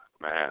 man